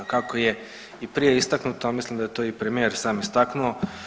Kako je i prije istaknuto mislim da je to i premijer sam istaknuo.